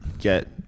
get –